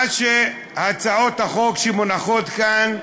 מה שהצעות החוק שמונחות כאן,